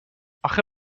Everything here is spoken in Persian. اخه